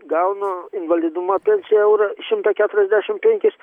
gaunu invalidumo pensiją eurą šimtą keturiasdešim penkis